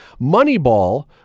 Moneyball